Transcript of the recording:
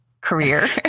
career